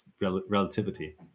relativity